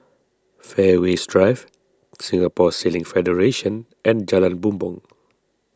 Fairways Drive Singapore Sailing Federation and Jalan Bumbong